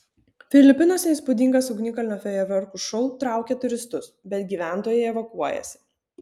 filipinuose įspūdingas ugnikalnio fejerverkų šou traukia turistus bet gyventojai evakuojasi